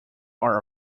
are